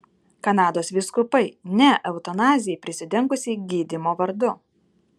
kanados vyskupai ne eutanazijai prisidengusiai gydymo vardu